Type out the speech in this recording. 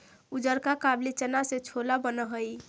उजरका काबली चना से छोला बन हई